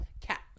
Cat